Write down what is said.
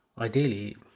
ideally